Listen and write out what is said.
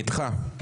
נידחה.